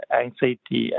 anxiety